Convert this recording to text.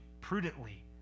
prudently